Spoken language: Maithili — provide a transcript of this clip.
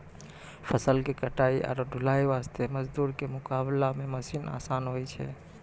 फसल के कटाई आरो ढुलाई वास्त मजदूर के मुकाबला मॅ मशीन आसान होय छै